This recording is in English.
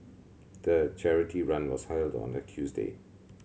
the charity run was held on a Tuesday